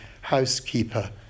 housekeeper